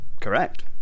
Correct